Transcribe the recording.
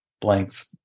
blanks